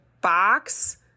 box